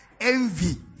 Envy